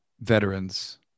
veterans